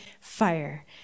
fire